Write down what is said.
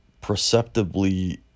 perceptibly